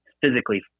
physically